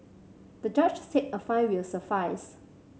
the judge said a fine will suffice